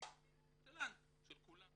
של כולנו,